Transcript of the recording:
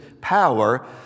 power